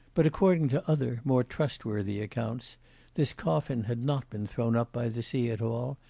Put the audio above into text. but according to other more trustworthy accounts this coffin had not been thrown up by the sea at all,